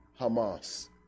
Hamas